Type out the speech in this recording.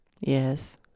Yes